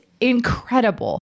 incredible